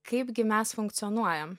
kaipgi mes funkcionuojam